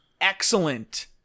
excellent